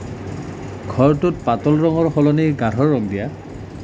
ঘৰটোত পাতল ৰঙৰ সলনি গাঢ় ৰং দিয়া